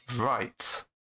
right